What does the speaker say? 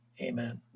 Amen